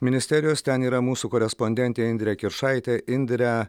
ministerijos ten yra mūsų korespondentė indrė kiršaitė indre